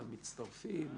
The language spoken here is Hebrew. למצטרפים,